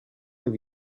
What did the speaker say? have